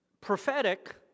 prophetic